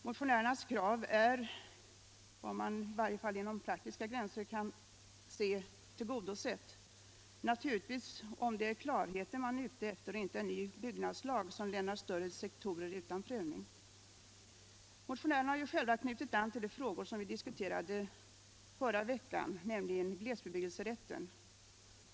Motionärernas krav är, i varje fall inom praktiska gränser, tillgodosett — naturligtvis om det är klarheten man är ute efter och inte en ny byggnadslag som lämnar större sektorer utan prövning. Motionärerna har ju själva knutit an till de frågor som vi diskuterade förra veckan, nämligen frågorna om glesbebyggelserätten.